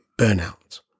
burnout